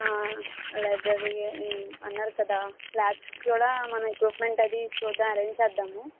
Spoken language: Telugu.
లైబ్రరీ అన్నారు కదా క్లాస్ కూడా మనము ఎక్విప్మెంట్ అదీ చూద్దాం ఎరేంజ్ చేద్దాము